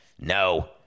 No